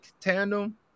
tandem